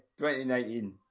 2019